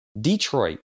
Detroit